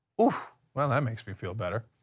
ah well, that makes me feel better.